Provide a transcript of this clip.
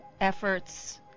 efforts